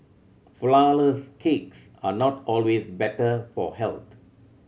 flourless cakes are not always better for health